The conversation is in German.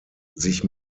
sich